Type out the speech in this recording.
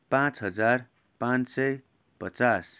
पाँच हजार पाँच सय पचास